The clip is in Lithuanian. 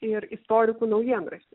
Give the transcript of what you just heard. ir istorikų naujienraštis